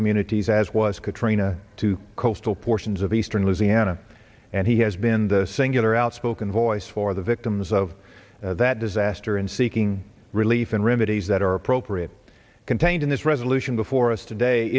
communities as was katrina to the coastal portions of eastern louisiana and he has been the singular outspoken voice for the victims of that disaster and seeking relief and remedies that are appropriate contained in this resolution before us today